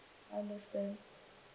understand